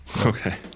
Okay